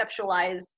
conceptualize